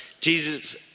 Jesus